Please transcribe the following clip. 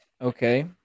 okay